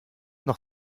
noch